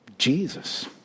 Jesus